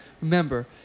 Remember